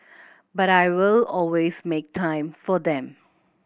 but I will always make time for them